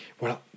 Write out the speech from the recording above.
Voilà